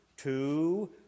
Two